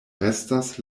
restas